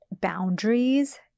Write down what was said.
boundaries